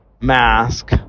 mask